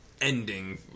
ending